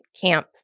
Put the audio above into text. camp